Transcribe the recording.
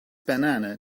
banana